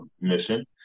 mission